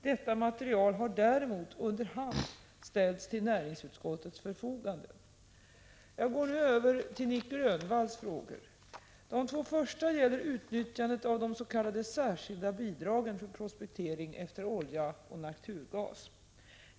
Detta material har däremot under hand ställts till näringsutskottets förfogande. Jag går nu över till Nic Grönvalls frågor. De två första gäller utnyttjandet av de s.k. särskilda bidragen för prospektering efter olja och naturgas.